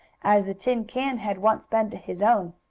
as the tin can had once been to his own.